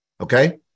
Okay